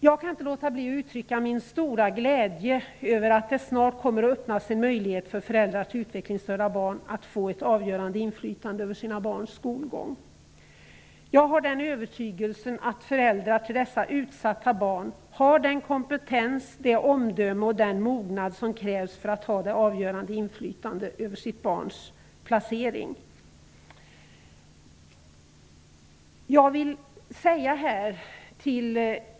Jag kan inte låta bli att uttrycka min stora glädje över att det snart kommer att öppnas en möjlighet för föräldrar till utvecklingsstörda barn att få ett avgörande inflytande över sina barns skolgång. Jag har den övertygelsen att föräldrar till dessa utsatta barn har den kompetens, det omdöme och den mognad som krävs för att ha det avgörande inflytandet över barnens placering.